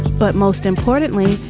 but most importantly,